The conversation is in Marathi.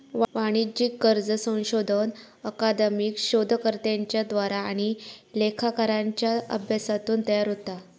वाणिज्यिक कर्ज संशोधन अकादमिक शोधकर्त्यांच्या द्वारा आणि लेखाकारांच्या अभ्यासातून तयार होता